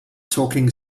talking